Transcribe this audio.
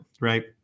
right